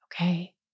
okay